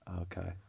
Okay